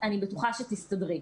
אני בטוחה שתסתדרי.